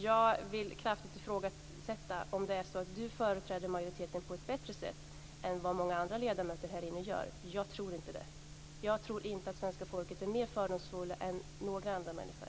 Jag vill kraftigt ifrågasätta om Sten Andersson företräder majoriteten på ett bättre sätt än vad många andra ledamöter här inne gör. Jag tror inte det. Jag tror inte att svenska folket är mer fördomsfullt än några andra människor.